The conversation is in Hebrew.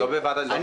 אני